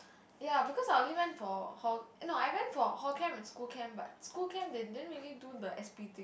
ya because I only went for hall eh no I went for hall camp and school camp but school camp they didn't really do the S_B thing